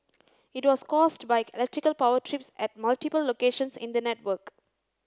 it was caused by electrical power trips at multiple locations in the network